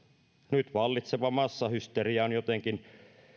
nyt vallitseva massahysteria on jotenkin